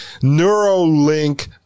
NeuroLink